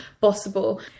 possible